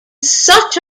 such